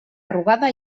arrugada